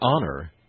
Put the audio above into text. honor